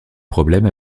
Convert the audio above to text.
problèmes